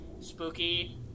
spooky